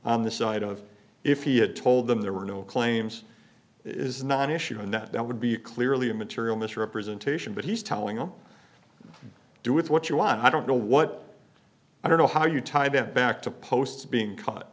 on the side of if he had told them there were no claims is not an issue and that would be clearly immaterial misrepresentation but he's telling them do with what you want i don't know what i don't know how you type it back to post being caught